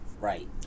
Right